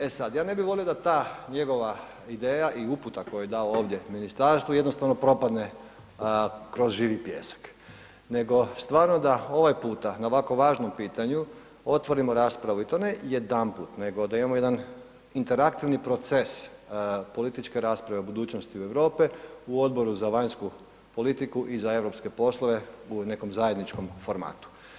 E sad, ja ne bih volio da ta njegova ideja i uputa koju je dao ovdje ministarstvu jednostavno propadne kroz živi pijesak nego da stvarno ovaj puta na ovako važnom pitanju otvorimo raspravu i to jedanput nego da imamo jedan interaktivni proces političke rasprave o budućnosti Europe u Odboru za vanjsku politiku i za europske poslove u nekom zajedničkom formatu.